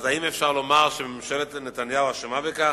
אז האם אפשר לומר שממשלת נתניהו אשמה בכך?